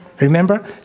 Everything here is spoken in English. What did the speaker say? Remember